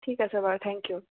ঠিক আছে বাৰু থ্যেংক ইউ